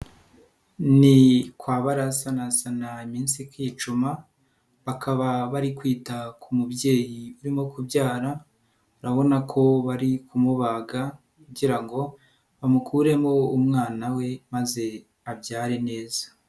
Ni kwa barasanasana iminsi ikicuma bakaba bari kwita ku mubyeyi urimo kubyara, urabona ko bari kumubaga kugira ngo bamukuremo umwana we maze abyare neza.